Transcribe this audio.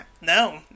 no